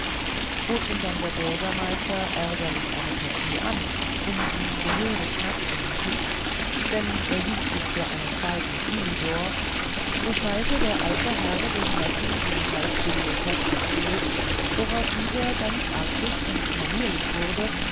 bot ihm dann der bürgermeister ärgerlich eine partie an um ihn gehörig matt zu machen denn er hielt sich für einen zweiten philidor so schnallte der alte herr dem neffen die halsbinde fester zu worauf dieser ganz artig und manierlich wurde